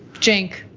cenk.